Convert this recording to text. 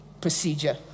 procedure